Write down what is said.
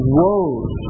woes